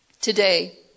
today